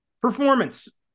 Performance